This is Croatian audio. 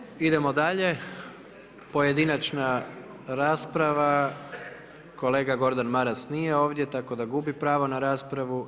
Molim vas idemo dalje. pojedinačna rasprava kolega Gordan Maras nije ovdje tako da gubi pravo na raspravu.